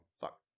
Fuck